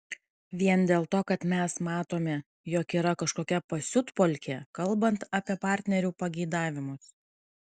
vien dėl to kad mes matome jog yra kažkokia pasiutpolkė kalbant apie partnerių pageidavimus